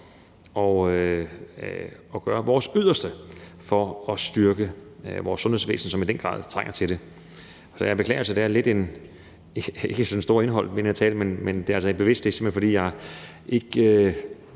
at gøre vores yderste for at styrke vores sundhedsvæsen, som i den grad trænger til det. Jeg beklager, at der ikke er det sådan store indhold i den her tale, men det er altså bevidst. Det er, fordi jeg er